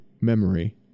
memory